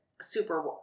super